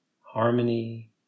harmony